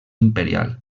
imperial